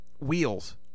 Wheels